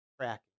tracking